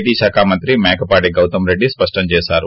T శాఖ్ మంత్రి మేకపాటి గౌతమ్ రెడ్లి స్పష్టం చేసారు